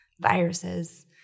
viruses